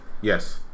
Yes